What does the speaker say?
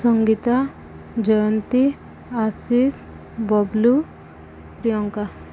Sangeeta Jayanti Ashish Bablu Priyanka